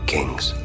Kings